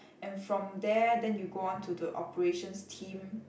and from there then you go onto the operations team